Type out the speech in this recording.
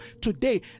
today